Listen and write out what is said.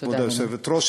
כבוד היושבת-ראש,